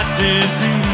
disease